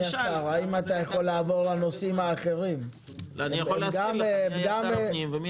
אני יכול להזכיר לך מי היה שר הפנים ומי